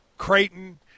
Creighton